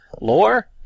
Lore